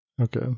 Okay